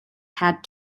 had